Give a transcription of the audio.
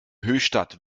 höchstadt